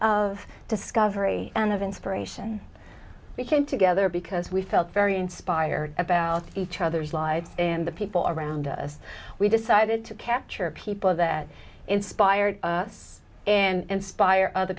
of discovery and of inspiration we can together because we felt very inspired about each other's lives and the people around us we decided to capture people that inspired us and spier other